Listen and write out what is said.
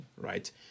right